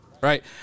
Right